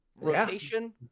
rotation